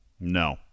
no